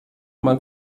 mal